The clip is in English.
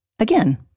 Again